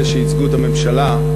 אלה שייצגו את הממשלה,